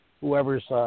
whoever's –